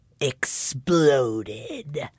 exploded